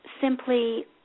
simply